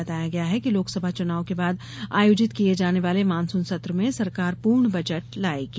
बताया गया है कि लोकसभा चनाव के बाद आयोजित किये जाने वाले मानसुन सत्र में सरकार पूर्ण बजट लायेगी